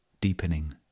deepening